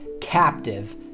captive